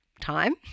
time